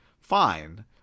fine